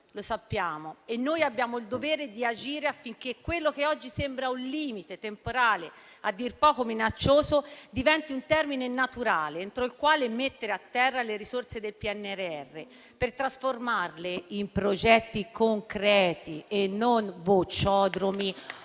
Lo sappiamo e abbiamo il dovere di agire, affinché quello che oggi sembra un limite temporale a dir poco minaccioso diventi un termine naturale entro il quale mettere a terra le risorse del PNRR, per trasformarle in progetti concreti e non bocciodromi